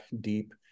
deep